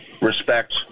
respect